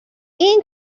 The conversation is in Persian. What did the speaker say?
این